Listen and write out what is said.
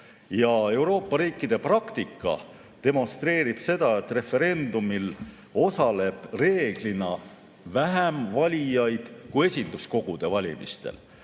Euroopa riikide praktika demonstreerib seda, et referendumil osaleb reeglina vähem valijaid kui esinduskogude valimistel.